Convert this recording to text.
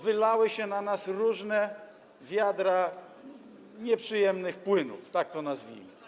Wylały się na nas różne wiadra nieprzyjemnych płynów, tak to nazwijmy.